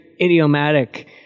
idiomatic